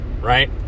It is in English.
Right